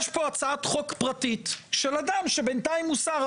יש פה הצעת חוק פרטית של אדם שבינתיים הוא שר,